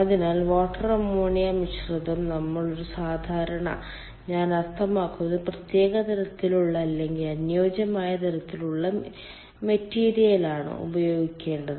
അതിനാൽ water ammonia മിശ്രിതം നമ്മൾ ഒരു സാധാരണ ഞാൻ അർത്ഥമാക്കുന്നത് പ്രത്യേക തരത്തിലുള്ള അല്ലെങ്കിൽ അനുയോജ്യമായ തരത്തിലുള്ള മെറ്റീരിയലാണ് ഉപയോഗിക്കേണ്ടത്